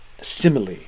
simile